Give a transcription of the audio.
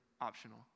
optional